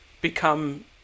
become